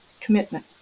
commitment